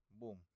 Boom